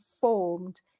formed